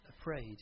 afraid